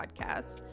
podcast